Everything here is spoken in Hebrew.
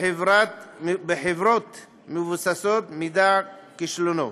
בחברה מבוססת מידע כשלנו,